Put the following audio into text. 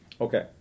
Okay